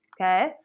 Okay